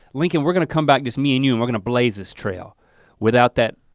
lincoln, we're gonna come back just me and you and we're gonna blaze this trail without that,